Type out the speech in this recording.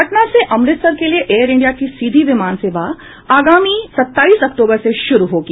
पटना से अमृतसर के लिये एयर इंडिया की सीधी विमान सेवा अगामी सत्ताईस अक्टूबर से शुरू होगी